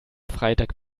freitag